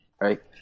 right